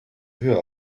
höher